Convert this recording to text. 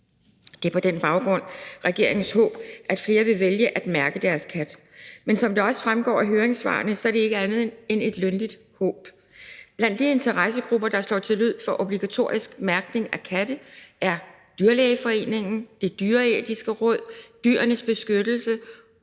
Det er på den baggrund regeringens håb, at flere vil vælge at mærke deres kat. Men som det også fremgår af høringssvarene, er det ikke andet end et lønligt håb. Blandt de interessegrupper, der slår til lyd for obligatorisk mærkning af katte, er Den Danske Dyrlægeforening, Det Dyreetiske Råd, Dyrenes Beskyttelse